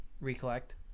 recollect